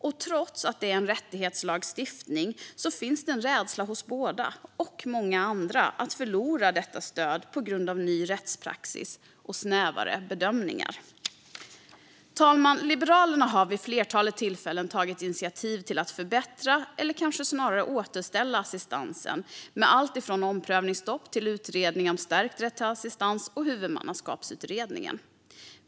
Men trots att det är en rättighetslagstiftning finns det en rädsla hos båda, och många andra, för att förlora detta stöd på grund av ny rättspraxis och snävare bedömningar. Herr talman! Liberalerna har vid ett flertal tillfällen tagit initiativ till att förbättra, eller kanske snarare återställa, assistansen med alltifrån omprövningsstopp till utredning om stärkt rätt till assistans och Huvudmannaskapsutredningen.